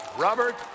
Robert